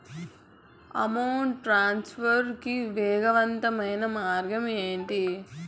amount transfer కి వేగవంతమైన మార్గం ఏంటి